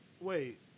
wait